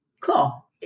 Cool